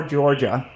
Georgia